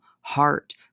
heart